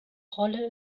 rolle